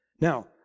now